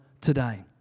today